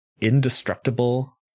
indestructible